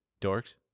dorks